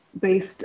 based